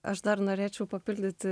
aš dar norėčiau papildyti